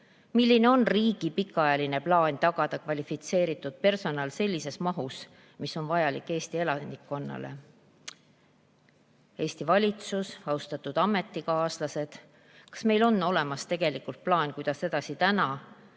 Milline on riigi pikaajaline plaan tagada kvalifitseeritud personal sellises mahus, mis on vajalik Eesti elanikkonnale?"Eesti valitsus! Austatud ametikaaslased! Kas meil on olemas plaan, kuidas edasi täna